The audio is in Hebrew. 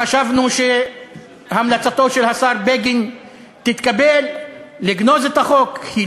חשבנו שהמלצתו של השר בגין לגנוז את החוק תתקבל,